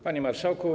Panie Marszałku!